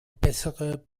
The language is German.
bessere